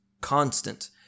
constant